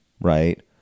right